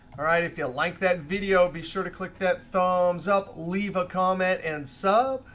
all right, if you like that video, be sure to click that thumbs up, leave a comment, and sub,